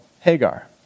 Hagar